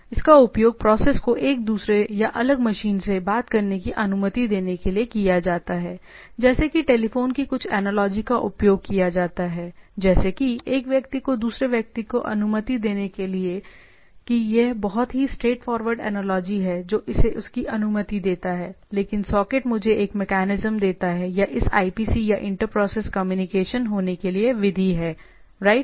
तो इसका उपयोग प्रोसेस को एक दूसरे या अलग मशीन से बात करने की अनुमति देने के लिए किया जाता है जैसे कि टेलीफोन की कुछ एनालॉजी का उपयोग किया जाता है जैसे कि एक व्यक्ति को दूसरे व्यक्ति को अनुमति देने के लिए कि यह बहुत ही स्ट्रेटफॉरवर्ड एनालॉजी है जो इसे इसकी अनुमति देता हैलेकिन सॉकेट मुझे एक मेकैनिज्म देता है या इस आईपीसी या इंटर प्रोसेस कम्युनिकेशन होने के लिए विधि है राइट